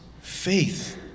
faith